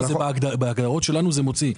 לא, בהגדרות שלנו זה מוציא.